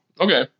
Okay